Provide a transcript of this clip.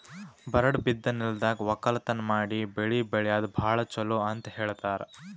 ಬರಡ್ ಬಿದ್ದ ನೆಲ್ದಾಗ ವಕ್ಕಲತನ್ ಮಾಡಿ ಬೆಳಿ ಬೆಳ್ಯಾದು ಭಾಳ್ ಚೊಲೋ ಅಂತ ಹೇಳ್ತಾರ್